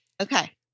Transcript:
Okay